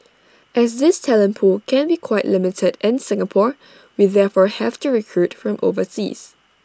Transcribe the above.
as this talent pool can be quite limited in Singapore we therefore have to recruit from overseas